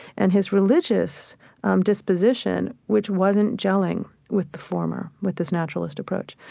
and his religious disposition which wasn't jelling with the former, with this naturalist approach.